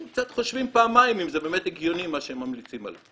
הם היו חושבים פעמיים אם זה באמת הגיוני מה שהם ממליצים עליו.